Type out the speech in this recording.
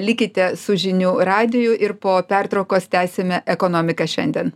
likite su žinių radiju ir po pertraukos tęsime ekonomika šiandien